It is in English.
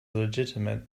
legitimate